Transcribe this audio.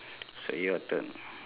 so your turn